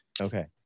Okay